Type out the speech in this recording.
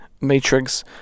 Matrix